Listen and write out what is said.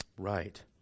Right